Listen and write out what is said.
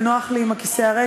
ונוח לי עם הכיסא הריק,